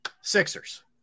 sixers